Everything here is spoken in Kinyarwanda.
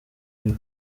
iwe